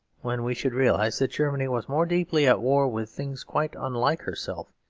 when we should realise that germany was more deeply at war with things quite unlike herself,